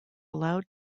allowed